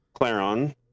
Claron